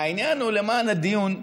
העניין הוא למען הדיון.